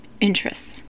interests